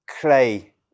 clay